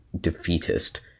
defeatist